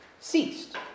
ceased